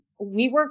WeWork